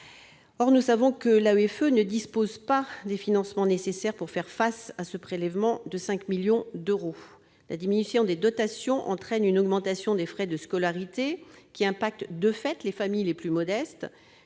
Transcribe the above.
Or nous savons que l'AEFE ne dispose pas des moyens nécessaires pour faire face à cette augmentation de 5 millions d'euros. La diminution des dotations entraîne une augmentation des frais de scolarité, qui touche, de fait, les familles les plus modestes.